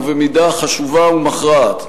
ובמידה חשובה ומכרעת,